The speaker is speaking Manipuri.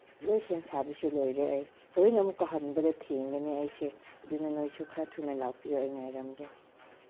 ꯂꯣꯏ ꯁꯦꯝ ꯁꯥꯕꯁꯨ ꯂꯣꯏꯔꯦ ꯑꯩ ꯍꯣꯔꯦꯟ ꯑꯃꯨꯛꯀ ꯍꯟꯕꯗ ꯊꯦꯡꯒꯅꯤ ꯑꯩꯁꯦ ꯑꯗꯨꯅ ꯅꯣꯏꯁꯨ ꯈꯔ ꯊꯨꯅ ꯂꯥꯛꯄꯤꯌꯣ ꯑꯩ ꯉꯥꯏꯔꯝꯒꯦ